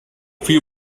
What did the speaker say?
few